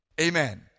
Amen